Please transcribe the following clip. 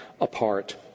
apart